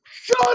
Shut